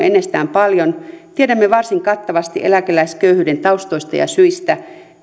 ennestään paljon tiedämme varsin kattavasti eläkeläisköyhyyden taustoista ja syistä